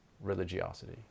religiosity